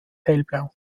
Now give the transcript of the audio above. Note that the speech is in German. hellblau